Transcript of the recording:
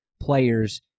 players